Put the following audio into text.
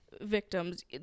victims